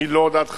מלוד עד חדרה,